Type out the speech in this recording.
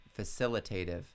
facilitative